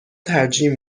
ترجیح